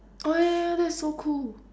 oh ya ya that's so cool